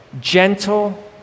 gentle